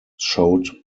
showed